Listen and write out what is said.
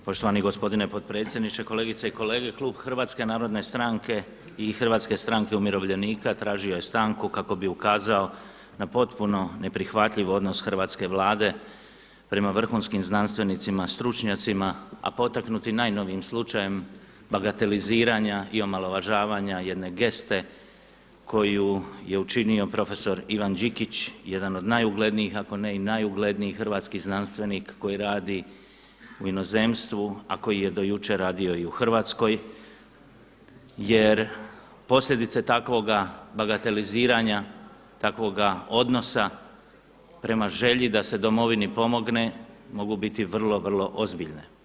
Poštovani gospodine potpredsjedniče, kolegice i kolege Klub Hrvatske narodne stranke i Hrvatske stranke umirovljenika tražio je stanku kako bi ukazao na potpuno neprihvatljiv odnos hrvatske Vlade prema vrhunskim znanstvenicima, stručnjacima a potaknuti najnovijim slučajem bagateliziranja i omalovažavanja jedne geste koju je učinio profesor Ivan Đikći, jedan od najuglednijih ako ne i najugledniji hrvatski znanstvenik koji radi u inozemstvu a koji je do jučer radio i Hrvatskoj jer posljedice takvoga bagateliziranja, takvoga odnosa prema želji da se Domovini pomogne mogu biti vrlo, vrlo ozbiljne.